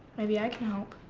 maybe i can help.